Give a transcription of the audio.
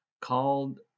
called